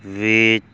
ਵਿੱਚ